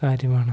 കാര്യമാണ്